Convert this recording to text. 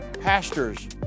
pastors